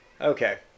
Okay